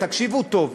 תקשיבו טוב,